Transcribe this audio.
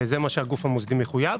זה מה שהגוף המוסדי מחויב.